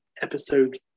episode